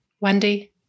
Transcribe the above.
Wendy